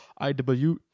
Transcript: IW